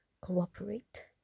cooperate